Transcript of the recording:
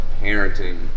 parenting